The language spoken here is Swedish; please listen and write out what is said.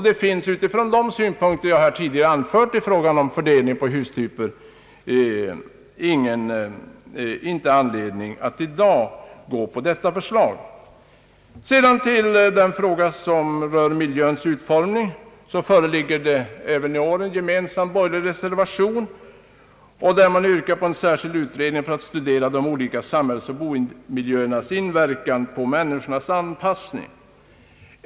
Det finns ur de synpunkter som jag här tidigare anfört på fördelning på hustyper ingen anledning att i dag gå med på ett sådant förslag. Vidare vill jag beröra den fråga som gäller miljöns utformning. På denna punkt föreligger även i år en gemensam borgerlig reservation, i vilken det yrkas på en särskild utredning för att studera de olika samhällsoch boendemiljöernas inverkan på människornas anpassning.